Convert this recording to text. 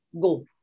go